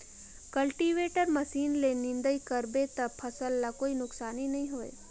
cultivator machine ले निंदई कर बे त फसल ल कोई नुकसानी नई होये